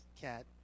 cat